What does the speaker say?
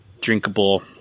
drinkable